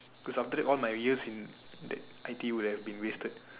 cause after that all my years in the I_T_E would have been wasted